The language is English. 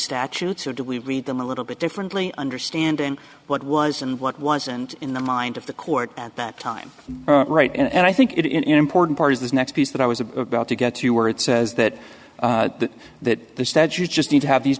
statutes or do we read them a little bit differently understanding what was and what wasn't in the mind of the court at that time right and i think it important part of this next piece that i was a about to get to where it says that that that the stats you just need to have these